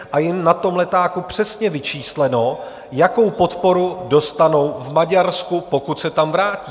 Na tom letáku je přesně vyčísleno, jakou podporu dostanou v Maďarsku, pokud se tam vrátí.